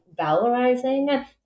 valorizing